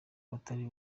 batari